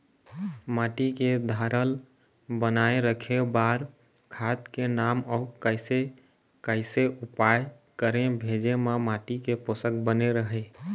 माटी के धारल बनाए रखे बार खाद के नाम अउ कैसे कैसे उपाय करें भेजे मा माटी के पोषक बने रहे?